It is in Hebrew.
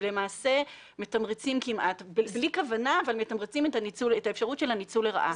למעשה בלי כוונה מתמרצים את האפשרות של הניצול לרעה.